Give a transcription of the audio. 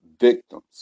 victims